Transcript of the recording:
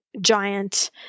giant